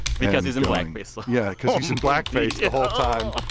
because he's in blackface like yeah, cause he's in blackface the whole time.